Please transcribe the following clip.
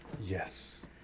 yes